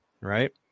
right